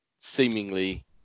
seemingly